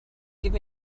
give